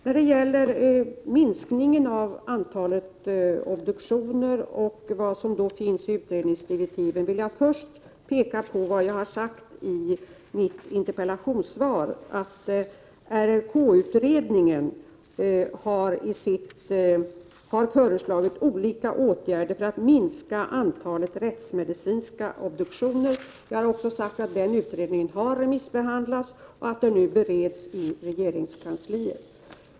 När det gäller minskningen av antalet obduktioner och vad som står i utredningsdirektiven vill jag påpeka vad jag har sagt i mitt interpellationssvar, att RRK-utredningen har föreslagit olika åtgärder för att minska antalet rättsmedicinska obduktioner. Den utredningen har remissbehandlats och bereds nu i regeringskansliet.